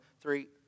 three